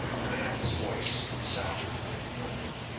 a man's voice sounded within the building.